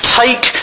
take